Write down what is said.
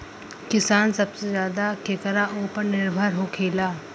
किसान सबसे ज्यादा केकरा ऊपर निर्भर होखेला?